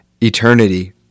eternity